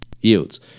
yields